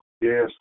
Yes